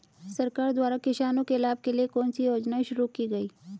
सरकार द्वारा किसानों के लाभ के लिए कौन सी योजनाएँ शुरू की गईं?